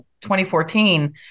2014